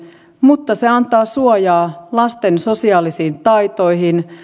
mutta se antaa suojaa lasten sosiaalisiin taitoihin